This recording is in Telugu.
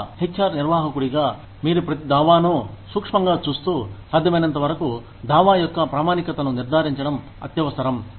ఒక హెచ్ ఆర్ నిర్వాహకుడిగా మీరు ప్రతి దావాను సూక్ష్మంగా చూస్తూ సాధ్యమైనంతవరకు దావా యొక్క ప్రామాణికతను నిర్ధారించడం అత్యవసరం